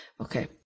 okay